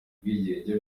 ubwigenge